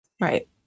Right